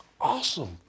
awesome